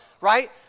right